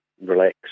relax